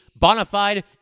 bonafide